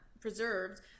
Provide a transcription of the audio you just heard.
preserved